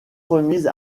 remise